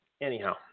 anyhow